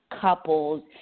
couples